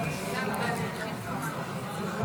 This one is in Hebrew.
הסתייגות 38 לחלופין ב לא נתקבלה.